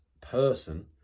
person